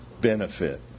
benefit